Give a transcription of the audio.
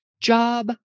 job